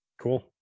Cool